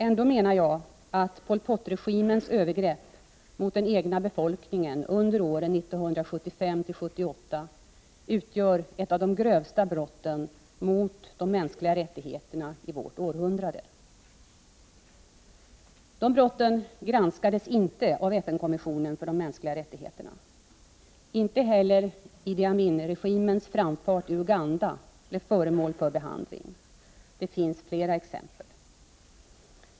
Ändå menar jag att Pol Pot-regimens övergrepp mot den egna befolkningen under åren 1975-1978 utgör ett av de grövsta brotten mot de mänskliga rättigheterna i vårt århundrade. De brotten granskades inte av FN-kommissionen för de mänskliga rättigheterna. Inte heller Idi Amin-regimens framfart i Uganda blev föremål för behandling. Det finns flera exempel.